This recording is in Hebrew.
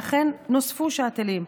ואכן, נוספו שאטלים,